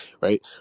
right